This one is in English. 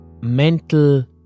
mental